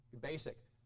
basic